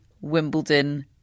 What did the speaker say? Wimbledon